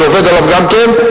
אני עובד עליו גם כן.